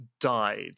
died